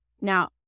Now